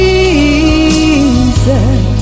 Jesus